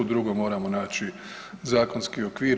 Drugo, moramo naći zakonski okvir.